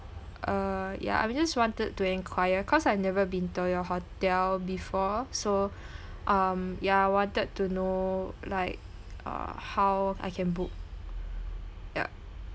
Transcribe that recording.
uh ya I was just wanted to inquire cause I've never been to your hotel before so um yeah I wanted to know like uh how I can book yup